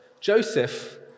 Joseph